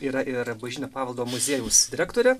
yra ir bažnytinio paveldo muziejaus direktorė